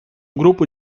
grupo